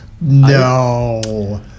No